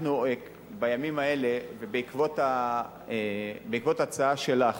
בימים האלה ובעקבות ההצעה שלך